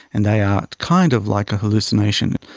and they are kind of like a hallucination.